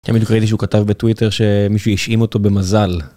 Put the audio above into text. כן, בדיוק ראיתי שהוא כתב בטוויטר שמישהו האשים אותו במזל.